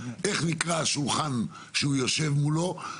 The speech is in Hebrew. איך נקרא השולחן שהוא יושב מולו,